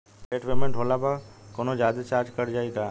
Late payment होला पर कौनोजादे चार्ज कट जायी का?